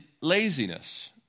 laziness